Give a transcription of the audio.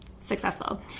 successful